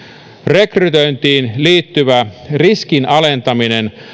rekrytointiin liittyvän riskin alentaminen